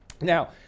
Now